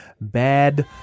Bad